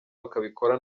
bakabikora